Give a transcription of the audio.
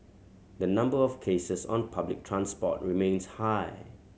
the number of cases on public transport remains high